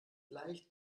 leicht